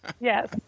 Yes